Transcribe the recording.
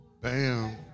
Bam